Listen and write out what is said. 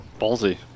Ballsy